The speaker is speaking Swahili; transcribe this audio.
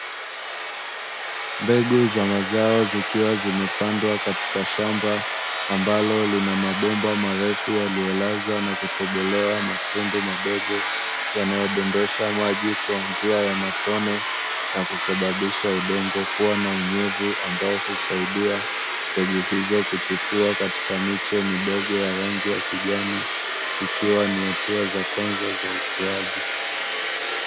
Mbegu za mazao zikiwa zimepandwa katika shamba, ambalo lina mabomba marefu yaliyolazwa na kutobolewa matundu madogo, yanayodondosha maji kwa njia ya matone na kusababisha udongo kuwa na unyevu, ambao husaidia mbegu hizo kuchipua katika miche midogo ya rangi ya kijani, ikiwa ni hatua za kwanza za ukuaji.